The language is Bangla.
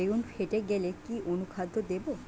বেগুন ফেটে গেলে কি অনুখাদ্য দেবো?